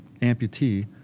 amputee